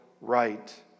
right